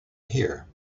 here